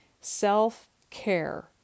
self-care